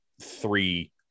three